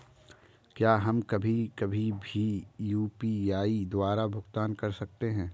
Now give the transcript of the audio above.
क्या हम कभी कभी भी यू.पी.आई द्वारा भुगतान कर सकते हैं?